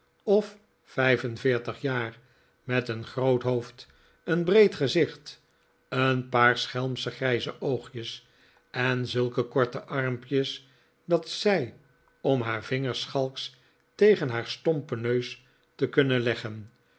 of vijf en veertig jaar met een groot hoofd een breed gezicht een paar schelmsche grijze oogjes en zulke korte armpjes dat zij om haar vinger schalks tegen haar stompen neus te kunnen leggen